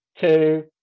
Two